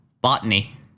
botany